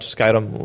Skyrim